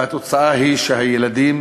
והתוצאה היא שהילדים,